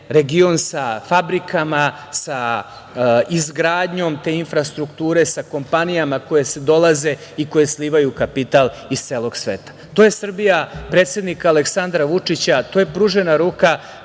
region sa fabrikama, sa izgradnjom te infrastrukture, sa kompanijama koje dolaze i koje slivaju kapital iz celog sveta. To je Srbija predsednika Aleksandra Vučića, to je pružena ruka